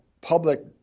public